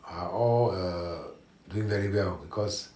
are all err doing very well because